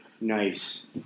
Nice